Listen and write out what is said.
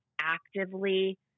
actively